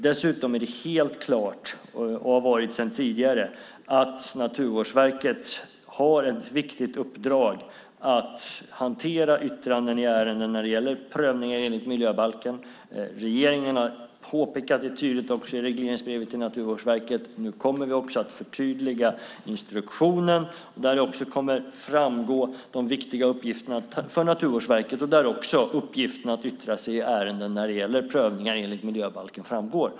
Dessutom är det helt klart, och har varit sedan tidigare, att Naturvårdsverket har ett viktigt uppdrag att hantera yttranden i ärenden när det gäller prövningen enligt miljöbalken. Regeringen har påpekat det tydligt i regleringsbrevet till Naturvårdsverket. Nu kommer vi att förtydliga instruktionen. Där kommer de viktiga uppgifterna för Naturvårdsverket att framgå, även uppgiften att yttra sig i ärenden när det gäller prövningar enligt miljöbalken framgår.